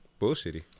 bullshitty